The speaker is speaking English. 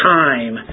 time